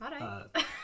Alright